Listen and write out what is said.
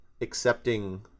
accepting